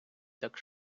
так